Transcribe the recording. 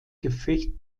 gefecht